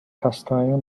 castanho